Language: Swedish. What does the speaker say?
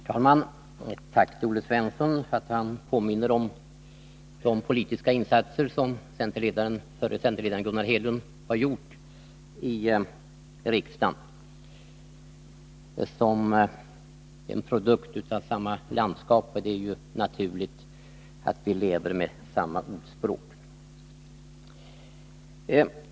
Herr talman! Jag skall uttala ett tack till Olle Svensson för att han påminner om de politiska insatser som förre centerledaren Gunnar Hedlund har gjort i riksdagen. Som produkter av samma landskap är det ju naturligt att vi lever med samma ordspråk.